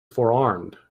forearmed